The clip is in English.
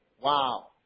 Wow